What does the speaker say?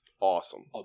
Awesome